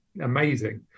amazing